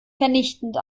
vernichtend